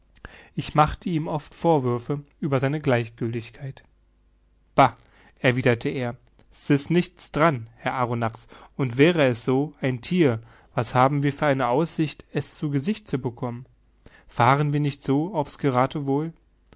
ich machte ihm oft vorwürfe über seine gleichgiltigkeit bah erwiderte er s ist nichts dran herr arronax und wäre es so ein thier was haben wir für eine aussicht es zu gesicht zu bekommen fahren wir nicht so auf's gerathewohl